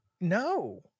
No